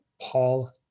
Paul